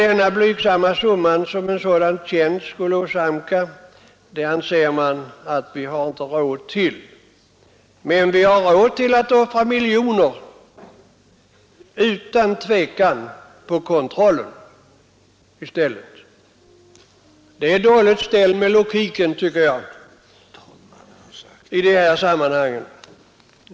Den blygsamma utgift som en sådan tjänst åsamkar statsverket anser man att vi inte har råd med. Men vi har råd att utan att tveka offra miljoner på kontrollen i stället. Jag tycker det är dåligt ställt med logiken i de här sammanhangen.